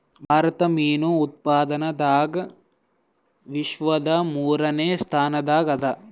ಭಾರತ ಮೀನು ಉತ್ಪಾದನದಾಗ ವಿಶ್ವದ ಮೂರನೇ ಸ್ಥಾನದಾಗ ಅದ